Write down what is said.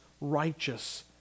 righteous